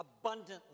abundantly